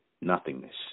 nothingness